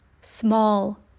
small